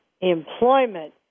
employment